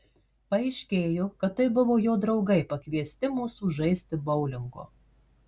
paaiškėjo kad tai buvo jo draugai pakviesti mūsų žaisti boulingo